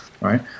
Right